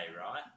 right